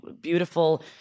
beautiful